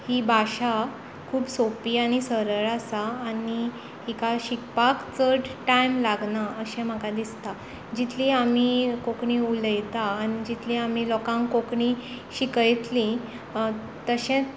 ही भाशा खूब सोपी आनी सरळ आसा आनी हिका शिकपाक चड टायम लागना अशें म्हाका दिसता जितली आमी कोंकणी उलयता आनी जितली आमी लोकांक कोंकणी शिकयतलीं तशेंच